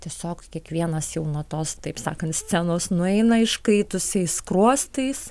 tiesiog kiekvienas jau nuo tos taip sakant scenos nueina iškaitusiais skruostais